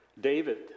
David